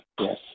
yes